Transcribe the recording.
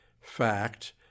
Fact